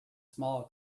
small